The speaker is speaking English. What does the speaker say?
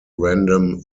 random